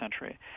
century